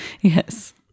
Yes